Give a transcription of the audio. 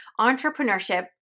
entrepreneurship